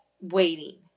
waiting